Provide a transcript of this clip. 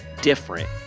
different